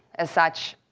as such